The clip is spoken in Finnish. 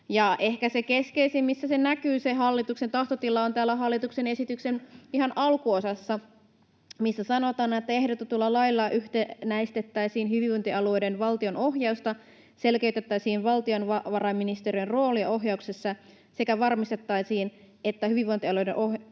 Ehkä se keskeisin, missä se hallituksen tahtotila näkyy, on täällä hallituksen esityksen ihan alkuosassa, missä sanotaan, että ”ehdotetuilla laeilla yhtenäistettäisiin hyvinvointialueiden valtionohjausta, selkeytettäisiin valtiovarainministeriön roolia ohjauksessa sekä varmistettaisiin, että hyvinvointialueiden